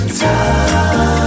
time